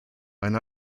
ein